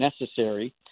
necessary